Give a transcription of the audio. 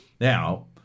Now